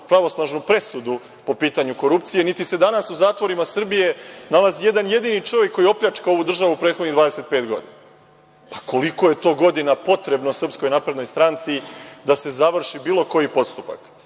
pravosnažnu presudu po pitanju korupcije, niti se danas u zatvorima Srbije nalazi jedan jedini čovek koji je opljačkao ovu državu prethodnih 25 godina. Pa, koliko je to godina potrebno SNS da se završi bilo koji postupak?